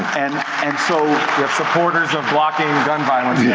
and and so the supporters of blocking gun violence. yeah,